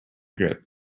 grip